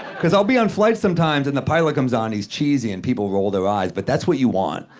cause i'll be on flights sometimes, and the pilot comes on. he's cheesy and people roll their eyes, but that's what you want.